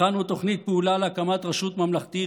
הכנו תוכנית פעולה להקמת רשות ממלכתית,